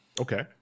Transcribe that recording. Okay